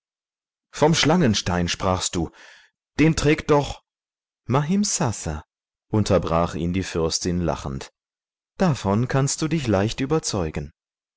vom schlangenstein sprachst du den trägt doch mahimsasa unterbrach ihn die fürstin lachend davon kannst du dich leicht überzeugen